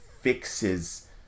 fixes